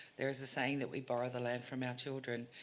there is a saying that we borrow the land from our children,